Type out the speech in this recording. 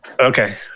okay